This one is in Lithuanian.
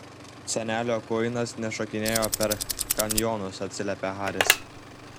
senelio kuinas nešokinėjo per kanjonus atsiliepė haris